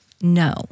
No